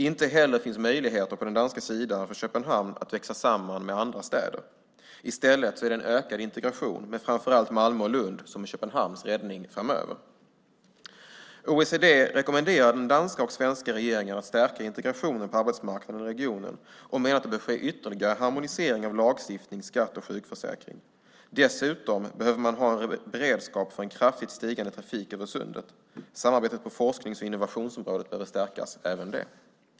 Inte heller finns det på den danska sidan möjligheter för Köpenhamn att växa samman med andra städer. I stället är det en ökad integration med framför allt Malmö och Lund som framöver kommer att vara Köpenhamns räddning. OECD rekommenderar den danska och den svenska regeringen att stärka integrationen på arbetsmarknaden i regionen och menar att ytterligare harmonisering bör ske av lagstiftning, skatt och sjukförsäkring. Dessutom behöver man ha beredskap för en kraftigt stigande trafik över Sundet. Även samarbetet på forsknings och innovationsområdet behöver stärkas.